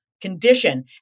condition